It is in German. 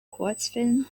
kurzfilm